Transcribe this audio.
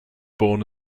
born